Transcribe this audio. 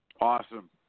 Awesome